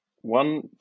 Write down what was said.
One